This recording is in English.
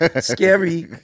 Scary